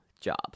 job